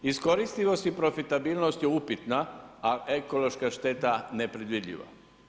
Iskoristivosti profitabilnost je upitna, a ekološka šteta nepredvidljiva.